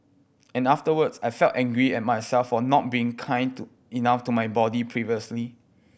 and afterwards I felt angry at myself for not being kind to enough to my body previously